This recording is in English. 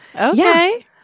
Okay